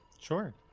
Sure